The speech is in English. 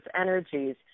energies